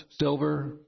silver